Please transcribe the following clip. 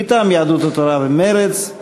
מטעם יהדות התורה ומרצ.